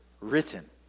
written